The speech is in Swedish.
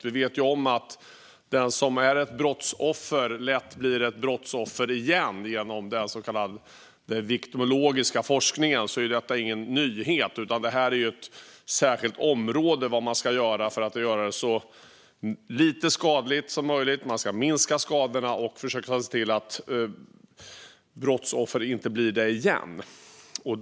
Vi vet ju om att den som är ett brottsoffer lätt blir ett brottsoffer igen. I den så kallade viktimologiska forskningen är detta ingen nyhet, utan vad man ska göra för att göra så lite skadligt som möjligt är ett särskilt område. Man ska minska skadorna och försöka se till att brottsoffer inte blir brottsoffer igen.